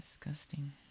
disgusting